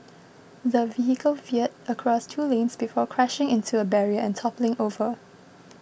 the vehicle veered across two lanes before crashing into a barrier and toppling over